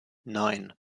nein